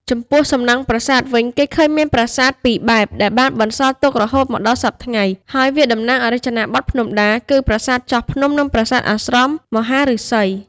ចំពោះសំណង់ប្រាសាទវិញ គេឃើញមានប្រាសាទ ពីរបែបដែលបានបន្សល់ទុករហូតមកដល់សព្វថ្ងៃ ហើយវាតំណាងឱ្យរចនាបថភ្នំដា គឺ ប្រាសាទចោះភ្នំ និងប្រាសាទអាស្រមមហាឫសី។